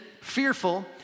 fearful